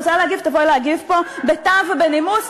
את רוצה להגיב, תבואי להגיב פה בטעם ובנימוס.